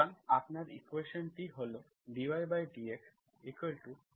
সুতরাং আপনার ইকুয়েশন্সটি হল dydxf1xf2y